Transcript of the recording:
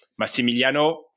Massimiliano